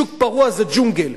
שוק פרוע זה ג'ונגל.